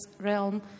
realm